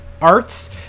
arts